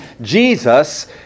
Jesus